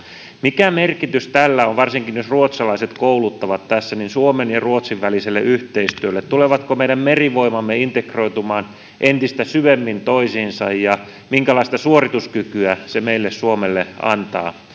mikä merkitys tällä on varsinkin jos ruotsalaiset kouluttavat tässä suomen ja ruotsin väliselle yhteistyölle tulevatko meidän merivoimamme integroitumaan entistä syvemmin toisiinsa ja minkälaista suorituskykyä se meille suomelle antaa